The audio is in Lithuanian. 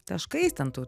taškais ten tu